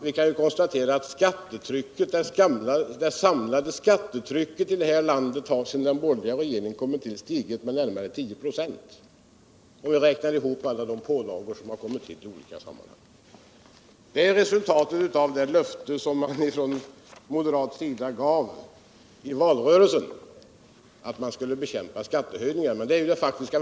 Vi kan konstatera att det samlade skattetrycket sedan den borgerliga regeringen kom tull makten har sugit med närmare 10 5, om vi räknar ihop alla de pålagor som tillkommit i olika sammanhang. Det är resultatet av det löfte om av bekämpa skattehöjningar som moderaterna gav i valrörelsen.